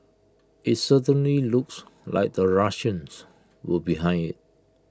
IT certainly looks like the Russians were behind IT